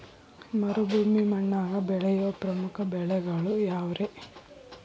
ಮರುಭೂಮಿ ಮಣ್ಣಾಗ ಬೆಳೆಯೋ ಪ್ರಮುಖ ಬೆಳೆಗಳು ಯಾವ್ರೇ?